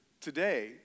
today